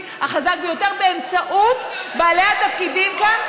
החזק ביותר באמצעות בעלי התפקידים כאן,